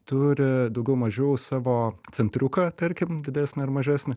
turi daugiau mažiau savo centriuką tarkim didesnį ar mažesnį